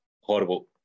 horrible